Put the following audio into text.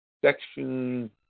Section